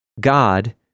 God